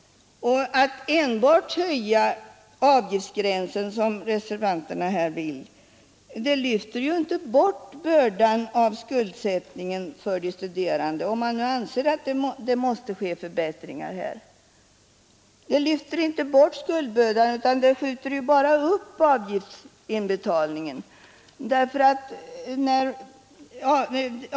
Att enbart höja avgiftsgränsen som reservanterna vill lyfter inte bort bördan av skuldsättningen för de studerande — om man nu anser att det måste ske förbättringar här — utan det skjuter bara upp avgiftsinbetalningen.